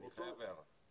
אני חייב הערה,